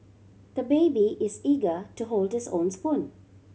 the baby is eager to hold his own spoon